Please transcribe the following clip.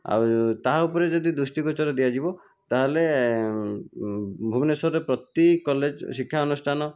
ଆଉ ତାହା ଉପରେ ଯଦି ଦୃଷ୍ଟିଗୋଚର ଦିଆଯିବ ତାହେଲେ ଭୁବନେଶ୍ୱରରେ ପ୍ରତି କଲେଜ ଶିକ୍ଷା ଅନୁଷ୍ଠାନ